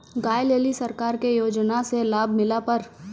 गाय ले ली सरकार के योजना से लाभ मिला पर?